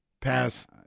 past